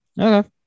Okay